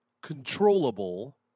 controllable